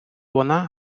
вона